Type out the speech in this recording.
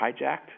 hijacked